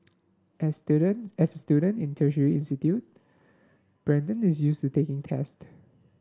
as student as student in tertiary institute Brandon is used to taking test